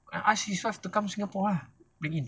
ask his wife to come singapore ah bring in